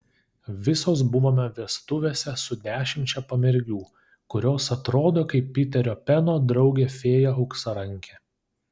visos buvome vestuvėse su dešimčia pamergių kurios atrodo kaip piterio peno draugė fėja auksarankė